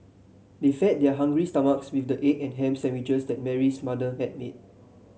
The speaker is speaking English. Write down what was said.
they fed their hungry stomachs with the egg and ham sandwiches that Mary's mother had made